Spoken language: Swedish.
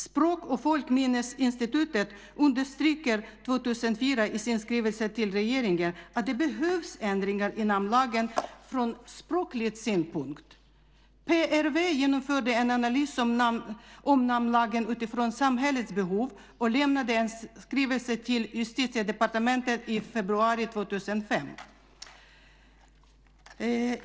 Språk och folkminnesinstitutet underströk 2004 i sin skrivelse till regeringen att det behövs ändringar i namnlagen från språklig synpunkt. PRV genomförde en analys av namnlagen utifrån samhällets behov och lämnade en skrivelse till Justitiedepartementet i februari 2005.